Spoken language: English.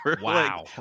Wow